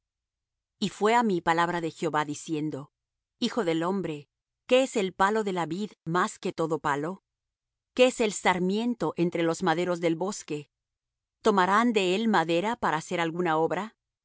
y fué á mí palabra de jehová diciendo hijo del hombre qué es el palo de la vid más que todo palo qué es el sarmiento entre los maderos del bosque tomarán de él madera para hacer alguna obra